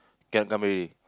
cannot come already